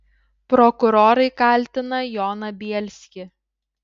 prokurorai kaltina joną bielskį